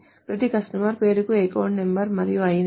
ప్రతి కస్టమర్ పేరుకు account number మరియు lno